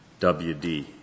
wd